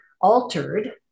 altered